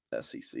SEC